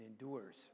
endures